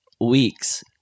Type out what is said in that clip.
Weeks